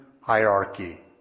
hierarchy